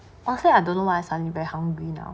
after I don't know why I suddenly very hungry now